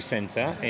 Centre